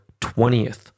20th